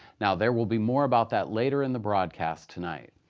now, there will be more about that later in the broadcast tonight.